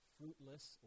fruitless